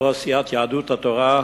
התורה,